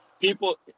people